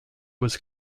was